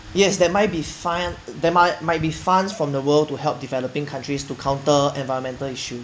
yes there might be fine there might might be funds from the world to help developing countries to counter environmental issue